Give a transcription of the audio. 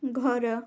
ଘର